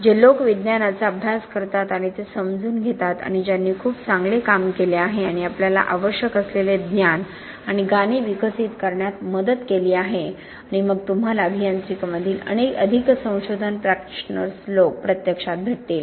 जे लोक विज्ञानाचा अभ्यास करतात आणि ते समजून घेतात आणि ज्यांनी खूप चांगले काम केले आहे आणि आपल्याला आवश्यक असलेले ज्ञान आणि गाणे विकसित करण्यात मदत केली आहे आणि मग तुम्हाला अभियांत्रिकी मधील अधिक संशोधन प्रॅक्टिशनर्स लोक प्रत्यक्षात भेटतील